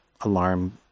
alarm